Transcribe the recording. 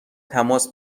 تماس